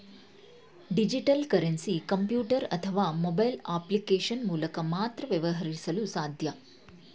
digital currency computer ಅಥವಾ mobile application ಮೂಲಕ ಮಾತ್ರ ವ್ಯವಹರಿಸಲು ಸಾಧ್ಯ